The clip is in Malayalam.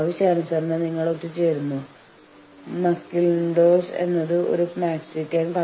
ഒരു മദ്ധ്യസ്ഥന് ഇരുവശത്തുനിന്നും പ്രയോജനം ലഭിക്കുന്നു